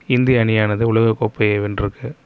இந்திய அணியானது உலக கோப்பையை வென்றது